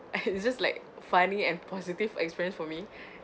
ah it's just like funny and positive experience for me